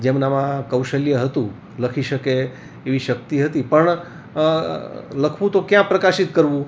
જેમનામાં કૌશલ્ય હતું લખી શકે એવી શક્તિ હતી પણ લખવું તો ક્યાં પ્રકાશિત કરવું